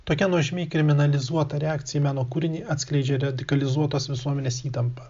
tokia nuožmi kriminalizuota reakcija į meno kūrinį atskleidžia radikalizuotos visuomenės įtampą